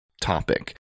topic